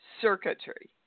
circuitry